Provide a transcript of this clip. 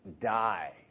die